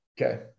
Okay